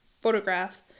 photograph